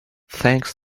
thanks